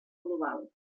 global